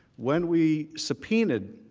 when we subpoenaed,